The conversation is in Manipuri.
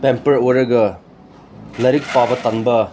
ꯑꯣꯏꯔꯒ ꯂꯥꯏꯔꯤꯛ ꯄꯥꯕ ꯇꯟꯕ